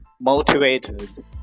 motivated